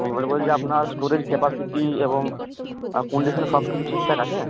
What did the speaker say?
তো এবার বলছে আপনার স্টোরেজ ক্যাপাসিটি এবং কন্ডিশান সব কিছু ঠিকঠাক আছে